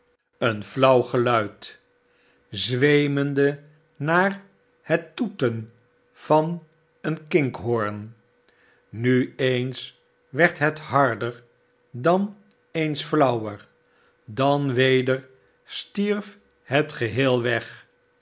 een fiauw gelmd zweemende naar het toeten van een kinkhoorn nu eens werd het harder dan eens flauwer dan weder stierf net geheel weg